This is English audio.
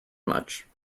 much